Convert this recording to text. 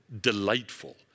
delightful